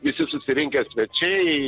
visi susirinkę svečiai